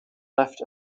left